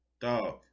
dog